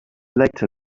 later